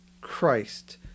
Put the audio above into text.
Christ